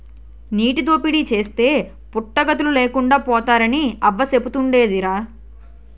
నీటి దోపిడీ చేస్తే పుట్టగతులు లేకుండా పోతారని అవ్వ సెబుతుండేదిరా